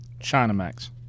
Chinamax